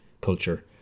culture